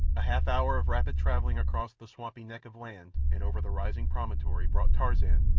a half-hour of rapid travelling across the swampy neck of land and over the rising promontory brought tarzan,